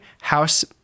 House